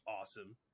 awesome